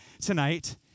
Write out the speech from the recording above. tonight